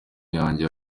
yanjye